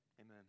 Amen